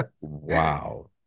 Wow